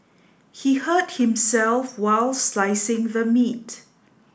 he hurt himself while slicing the meat